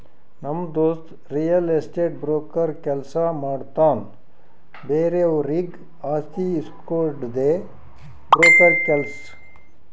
ನಮ್ ದೋಸ್ತ real estate broker ಕೆಲ್ಸ ಮಾಡ್ತಾನ್ ಬೇರೆವರಿಗ್ ಆಸ್ತಿ ಇಸ್ಕೊಡ್ಡದೆ ಬ್ರೋಕರ್ ಕೆಲ್ಸ